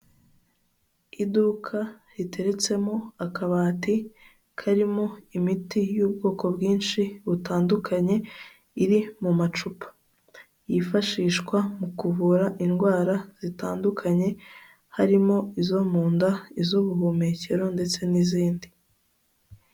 Iduka riteretsemo akabati karimo imiti y'ubwoko bwinshi butandukanye iri mu macupa. Yifashishwa mu kuvura indwara zitandukanye harimo izo mu nda, iz'ubuhumekero ndetse n'izindi.